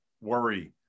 worry